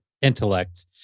intellect